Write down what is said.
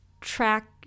track